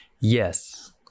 Yes